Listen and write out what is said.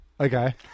Okay